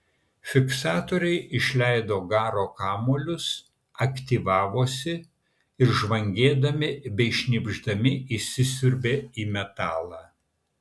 fiksatoriai išleido garo kamuolius aktyvavosi ir žvangėdami bei šnypšdami įsisiurbė į metalą